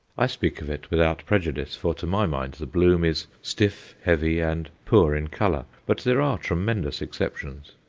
i speak of it without prejudice, for to my mind the bloom is stiff, heavy, and poor in colour. but there are tremendous exceptions.